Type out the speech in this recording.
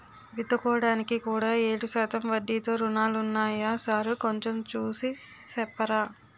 విత్తుకోడానికి కూడా ఏడు శాతం వడ్డీతో రుణాలున్నాయా సారూ కొంచె చూసి సెప్పరా